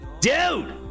Dude